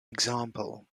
example